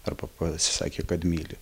arba pasisakė kad myli